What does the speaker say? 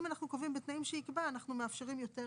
אם אנחנו קובעים "בתנאים שיקבע" אנחנו מאפשרים יותר התאמות.